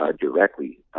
directly